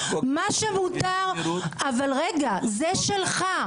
נכון --- אבל רגע, זה שלך.